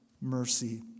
mercy